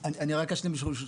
אשלים משפט.